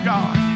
God